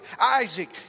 Isaac